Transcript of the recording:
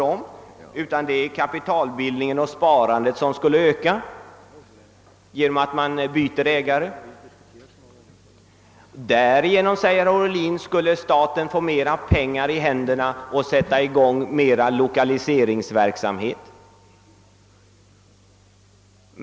I stället skriver man att kapitalbildningen och sparandet skulle öka genom att man byter ägare. Genom försäljningen, säger herr Ohlin, skulle staten få mer pengar och kunna sätta i gång mer lokaliseringsverksamhet.